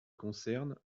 concernent